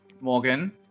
Morgan